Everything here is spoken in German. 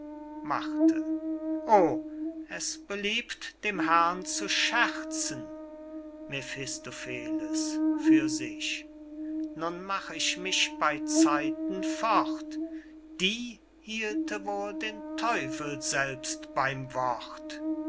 ring o es beliebt dem herrn zu scherzen mephistopheles für sich nun mach ich mich bey zeiten fort die hielte wohl den teufel selbst beym wort